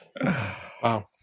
Wow